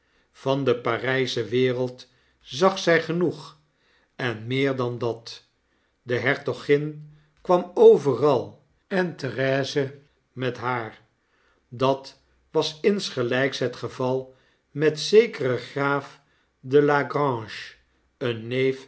van de parysche wereld zag zy genoeg en meer dan dat de hertogin kwam overal en therese met haar dat was insgelijks het geval met zekeren graaf de la grange een neef